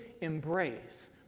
embrace